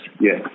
yes